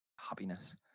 happiness